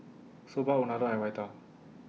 Soba Unadon and Raita